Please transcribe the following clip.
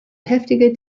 heftige